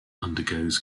undergoes